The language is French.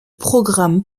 programme